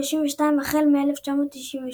ו-32 החל מ-1998.